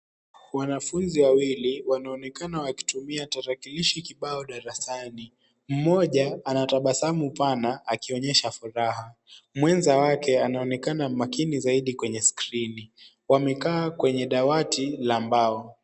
Wanafunzi wawili wanaonekana wakitumia tarakilishi kibao darasani. Mmoja anatabasamu pana akionyesha furaha. Mwenza wake anaonekana makini zaidi kwenye skrini. Wamekaa kwenye dawati la mbao .